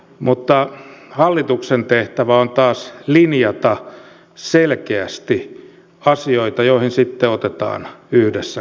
mutta hallituksen tehtävä on taas linjata selkeästi asioita joihin sitten otetaan yhdessä kantaa